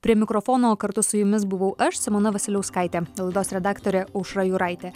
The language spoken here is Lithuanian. prie mikrofono kartu su jumis buvau aš simona vasiliauskaitė laidos redaktorė aušra juraitė